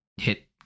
hit